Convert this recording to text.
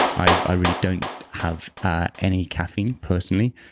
i i really don't have ah any caffeine, personally,